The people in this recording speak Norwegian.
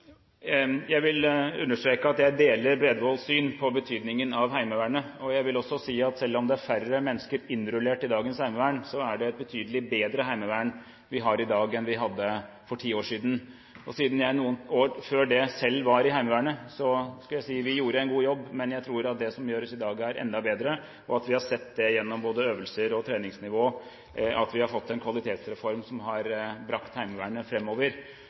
Jeg vil understreke at jeg deler Bredvolds syn på betydningen av Heimevernet, og jeg vil også si at selv om det er færre mennesker innrullert i dagens heimevern, er det et betydelig bedre heimevern vi har i dag enn vi hadde for ti år siden. Siden jeg noen år før det selv var i Heimevernet, skulle jeg si at vi gjorde en god jobb. Men jeg tror at det som gjøres i dag, er enda bedre, og at vi har sett gjennom både øvelser og treningsnivå at vi har fått en kvalitetsreform som har brakt Heimevernet